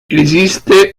esiste